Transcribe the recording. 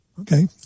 Okay